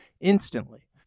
instantly